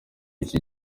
iki